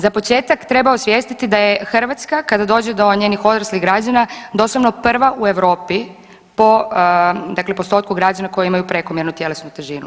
Za početak treba osvijestiti da je Hrvatska kada dođe do njenih odraslih građana doslovno prva u Europi po postotku građana koji imaju prekomjernu tjelesnu težinu.